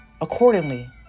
accordingly